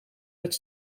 het